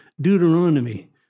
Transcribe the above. Deuteronomy